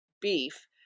beef